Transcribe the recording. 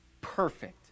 perfect